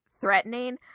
threatening